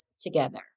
together